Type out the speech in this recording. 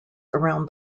around